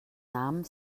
namen